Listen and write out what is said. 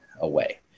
away